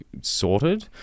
sorted